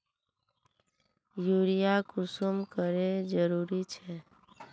Urea कुंसम करे जरूरी छै?